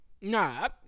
Nah